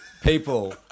people